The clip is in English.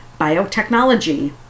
biotechnology